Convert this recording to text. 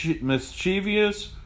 mischievous